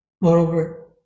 Moreover